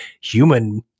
human